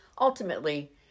ultimately